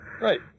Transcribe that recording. Right